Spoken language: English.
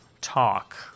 talk